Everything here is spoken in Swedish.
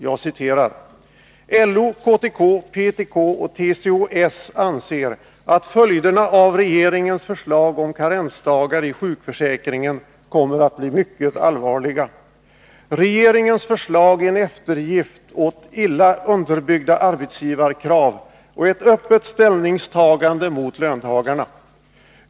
Jag citerar därför uttalandet: ”LO, KTK, PTK och TCO-S anser att följderna av regeringens förslag om karensdagar i sjukförsäkringen kommer att bli mycket allvarliga. Regeringens förslag är en eftergift åt illa underbyggda arbetsgivarkrav och ett öppet ställningstagande mot löntagarna.